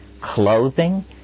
Clothing